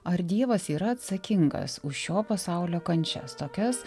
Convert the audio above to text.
ar dievas yra atsakingas už šio pasaulio kančias tokias